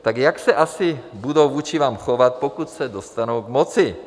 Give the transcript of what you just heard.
Tak jak se asi budou vůči vám chovat, pokud se dostanou k moci?